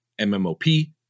MMOP